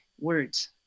words